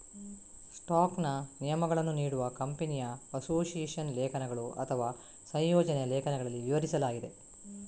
ಸ್ಟಾಕ್ನ ನಿಯಮಗಳನ್ನು ನೀಡುವ ಕಂಪನಿಯ ಅಸೋಸಿಯೇಷನ್ ಲೇಖನಗಳು ಅಥವಾ ಸಂಯೋಜನೆಯ ಲೇಖನಗಳಲ್ಲಿ ವಿವರಿಸಲಾಗಿದೆ